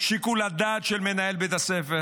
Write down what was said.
שיקול הדעת של מנהל בית הספר